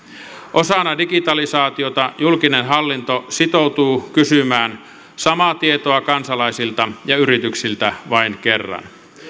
osana digitalisaatiota julkinen hallinto sitoutuu kysymään samaa tietoa kansalaisilta ja yrityksiltä vain kerran